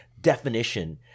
definition –